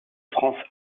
frans